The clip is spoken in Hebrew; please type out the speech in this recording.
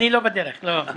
אני לא בדרך, לא.